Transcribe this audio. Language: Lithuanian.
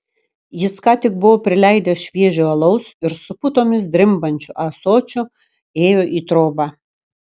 jis ką tik buvo prileidęs šviežio alaus ir su putomis drimbančiu ąsočiu ėjo į trobą